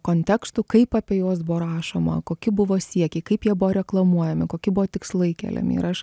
kontekstu kaip apie juos buvo rašoma koki buvo siekiai kaip jie buvo reklamuojami koki buvo tikslai keliami ir aš